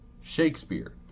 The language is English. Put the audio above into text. Shakespeare